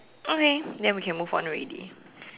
okay then we can move on already